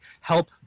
help